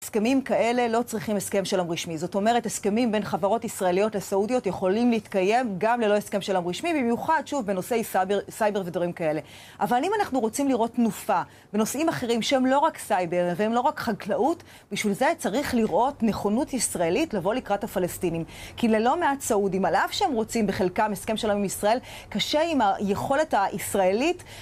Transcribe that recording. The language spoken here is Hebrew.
הסכמים כאלה לא צריכים הסכם שלום רשמי, זאת אומרת, הסכמים בין חברות ישראליות לסעודיות יכולים להתקיים גם ללא הסכם שלום רשמי, במיוחד, שוב, בנושאי סייבר ודברים כאלה. אבל אם אנחנו רוצים לראות תנופה בנושאים אחרים שהם לא רק סייבר והם לא רק חקלאות, בשביל זה צריך לראות נכונות ישראלית לבוא לקראת הפלסטינים. כי ללא מעט סעודים, על אף שהם רוצים בחלקם הסכם שלם עם ישראל, קשה עם היכולת הישראלית.